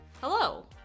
Hello